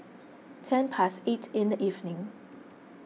ten past eight in the evening